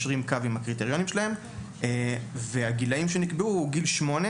הגיל המינימאלי שנקבע שם הוא גיל שמונה